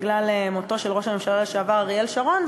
בגלל מותו של ראש הממשלה לשעבר אריאל שרון,